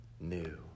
new